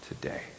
today